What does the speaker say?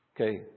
Okay